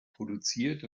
produziert